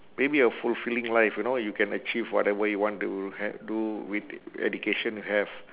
maybe a fulfilling life you know you can achieve whatever you want to h~ do with education have